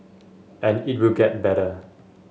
and it will get better